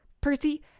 Percy